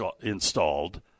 installed